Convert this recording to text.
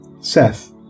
Seth